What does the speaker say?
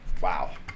Wow